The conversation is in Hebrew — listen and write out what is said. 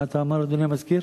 מה אתה אומר, אדוני המזכיר?